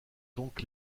donc